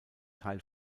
teil